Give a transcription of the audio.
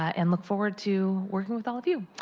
i and look forward to working with all of you.